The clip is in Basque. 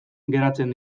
geratzen